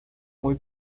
muy